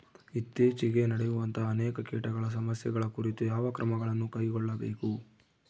ಇತ್ತೇಚಿಗೆ ನಡೆಯುವಂತಹ ಅನೇಕ ಕೇಟಗಳ ಸಮಸ್ಯೆಗಳ ಕುರಿತು ಯಾವ ಕ್ರಮಗಳನ್ನು ಕೈಗೊಳ್ಳಬೇಕು?